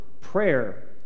prayer